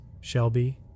Shelby